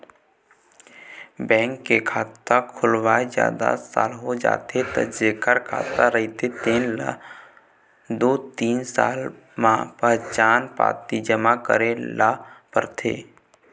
bank के खाता खोलवाए जादा साल हो जाथे त जेखर खाता रहिथे तेन ल दू तीन साल म पहचान पाती जमा करे ल परथे